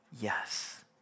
yes